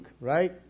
right